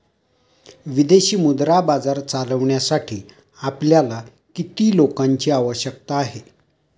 विदेशी मुद्रा बाजार चालविण्यासाठी आपल्याला किती लोकांची आवश्यकता आहे?